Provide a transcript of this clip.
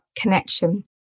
connection